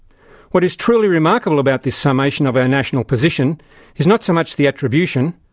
what is truly remarkable about this summation of our national position is not so much the attribution,